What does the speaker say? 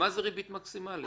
מה זה ריבית מקסימלית?